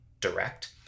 direct